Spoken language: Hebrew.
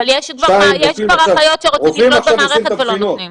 אבל יש כבר אחיות שרוצים לקלוט במערכת ולא נותנים.